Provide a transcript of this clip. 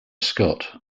scott